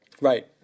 Right